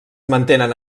mantenen